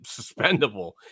suspendable